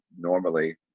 normally